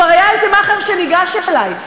כבר היה איזה מאכער שניגש אלי.